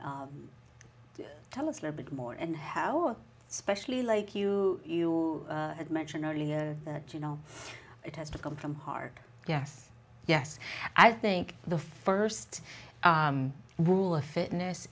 s tell us a little bit more and how especially like you you had mentioned earlier that you know it has to come from hard yes yes i think the first rule of fitness